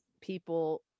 people